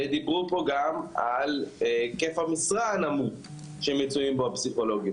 ודיברו פה גם על היקף המשרה הנמוך שהפסיכולוגים מצויים בו.